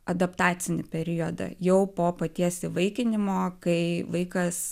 adaptacinį periodą jau po paties įvaikinimo kai vaikas